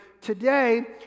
today